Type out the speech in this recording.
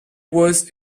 was